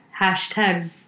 Hashtag